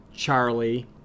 charlie